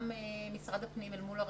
גם משרד הפנים אל מול הרשויות,